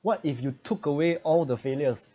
what if you took away all the failures